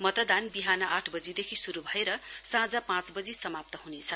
मतदान बिहान आठबजीदेखि शुरू भएर साँझ पाँचवजी समाप्त हुनेछ